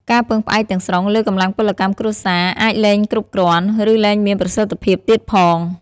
ការពឹងផ្អែកទាំងស្រុងលើកម្លាំងពលកម្មគ្រួសារអាចលែងគ្រប់គ្រាន់ ឬលែងមានប្រសិទ្ធភាពទៀតផង។